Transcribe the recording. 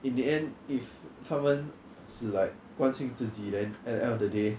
in the end if 他们只 like 关心自己 then at the end of the day